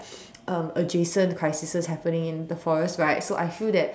um adjacent crises happening in the forest right so I feel that